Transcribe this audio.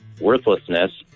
worthlessness